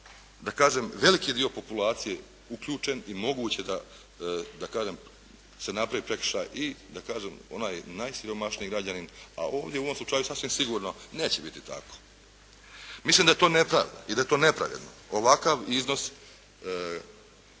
gdje je veliki dio populacije uključen i moguće je da se napravi prekršaj i onaj najsiromašniji građanin, a ovdje u ovom slučaju sasvim sigurno neće biti tako. Mislim da je to nepravda i da je to nepravedno. Ovakav iznos